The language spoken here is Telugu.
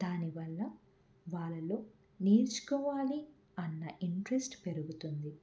దానివల్ల వాళ్ళల్లో నేర్చుకోవాలి అనే ఇంట్రెస్ట్ పెరుగుతుంది